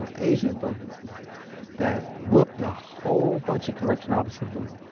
ah asian brothers that whooped a whole bunch of correction officer butt.